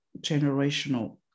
generational